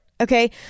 Okay